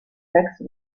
taxes